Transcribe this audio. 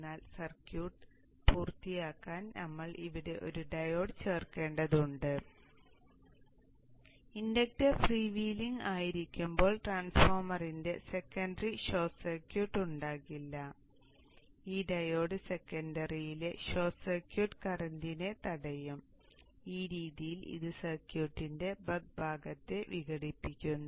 എന്നാൽ സർക്യൂട്ട് പൂർത്തിയാക്കാൻ നമ്മൾ ഇവിടെ ഒരു ഡയോഡ് ചേർക്കേണ്ടതുണ്ട് ഇൻഡക്ടർ ഫ്രീ വീലിംഗ് ആയിരിക്കുമ്പോൾ ട്രാൻസ്ഫോർമറിന്റെ സെക്കൻഡറി ഷോർട്ട് സർക്യൂട്ട് ഉണ്ടാകില്ല ഈ ഡയോഡ് സെക്കൻഡറിയിലെ ഷോർട്ട് സർക്യൂട്ട് കറന്റിനെ തടയും ഈ രീതിയിൽ ഇത് സർക്യൂട്ടിന്റെ ബക്ക് ഭാഗത്തെ വിഘടിപ്പിക്കുന്നു